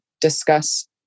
discuss